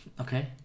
Okay